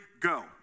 go